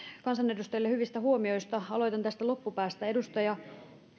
kansanedustajille hyvistä huomioista aloitan tästä loppupäästä edustaja